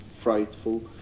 frightful